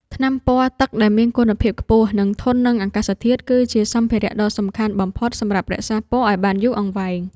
ថ្នាំពណ៌ទឹកដែលមានគុណភាពខ្ពស់ និងធន់នឹងអាកាសធាតុ គឺជាសម្ភារៈដ៏សំខាន់បំផុតសម្រាប់រក្សាពណ៌ឱ្យបានយូរអង្វែង។